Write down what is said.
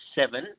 seven